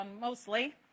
mostly